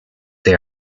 they